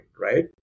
right